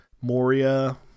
Moria